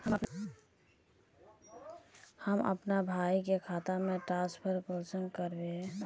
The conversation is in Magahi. हम अपना भाई के खाता में ट्रांसफर कुंसम कारबे?